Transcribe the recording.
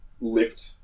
lift